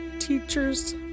Teachers